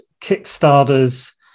Kickstarter's